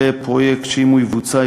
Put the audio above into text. זה פרויקט שאם הוא יבוצע,